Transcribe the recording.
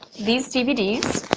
these dvds.